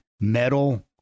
metal